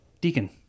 deacon